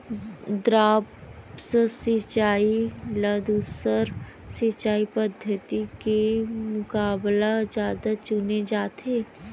द्रप्स सिंचाई ला दूसर सिंचाई पद्धिति के मुकाबला जादा चुने जाथे